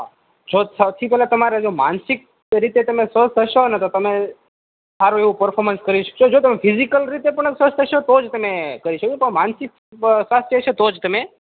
હા જો સૌથી પહેલાં જો તમારે માનસિક રીતે તમે સ્વસ્થ હશોને તો તમે સારું એવું પરફોર્મન્સ કરી શકશો જો તમે ફિઝિકલ રીતે પણ તમે સ્વસ્થ હશો તો જ તમે કરી શકશો માનસિક સ્વસ્થ હશે તો જ તમે